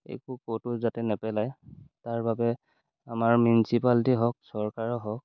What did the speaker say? একো ক'তো যাতে নেপেলায় তাৰ বাবে আমাৰ মিউনিচিপালিটিয়ে হওক চৰকাৰেই হওক